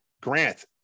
Grant